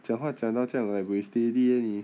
讲话讲到这样 like buay steady leh 你